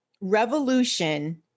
revolution